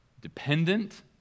dependent